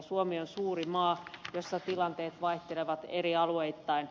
suomi on suuri maa missä tilanteet vaihtelevat alueittain